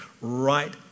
right